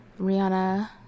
Rihanna